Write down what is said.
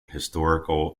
historical